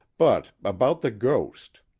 but about the ghost